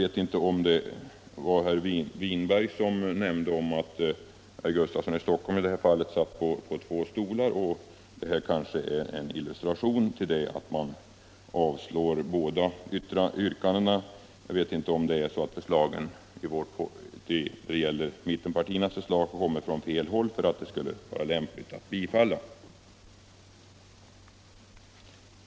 Jag tror att det var herr Winberg som sade att herr Gustafsson i Stockholm i detta fall har satt sig på två stolar. Det förhållandet att man avstyrker båda yrkandena är kanske en illustration till detta. Det är måhända så att mittenpartiernas förslag kommer från fel håll och därför inte lämpligen kan biträdas.